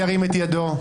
ירים את ידו.